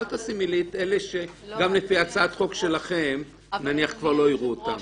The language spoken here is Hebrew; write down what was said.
אל תשימי לי את אלה שגם לפי הצעת החוק שלכם כבר לא יראו אותם.